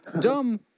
dumb